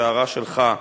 הערה שלך,